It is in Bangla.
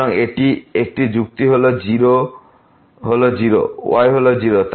সুতরাং একটি যুক্তি হল 0 y হল 0